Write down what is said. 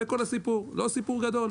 זה כל הסיפור, לא סיפור גדול,